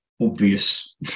obvious